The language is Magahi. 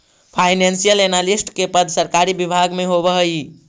फाइनेंशियल एनालिस्ट के पद सरकारी विभाग में होवऽ हइ